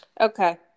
Okay